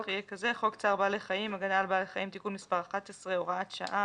חוק צער בעלי חיים (הגנה על בעלי חיים) (תיקון מס' 11) (הוראת שעה),